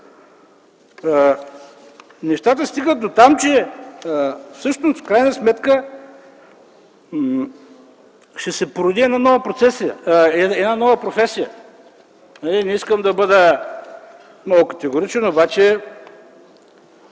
Нещата стигат дотам, че в крайна сметка ще се породи една нова професия. Не искам да бъда много категоричен, обаче